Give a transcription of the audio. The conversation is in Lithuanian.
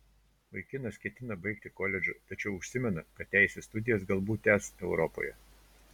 vaikinas ketina baigti koledžą tačiau užsimena kad teisės studijas galbūt tęs europoje